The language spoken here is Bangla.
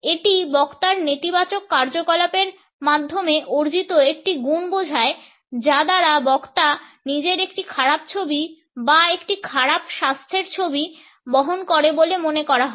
এটি বক্তার নেতিবাচক কার্যকলাপের মাধ্যমে অর্জিত একটি গুণ বোঝায় যার দ্বারা বক্তা নিজের একটি খারাপ ছবি বা একটি খারাপ স্বাস্থ্যের ছবি বহন করে বলে মনে করা হয়